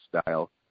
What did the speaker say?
style